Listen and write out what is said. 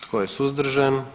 Tko je suzdržan?